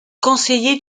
conseiller